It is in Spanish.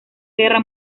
guerra